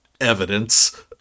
evidence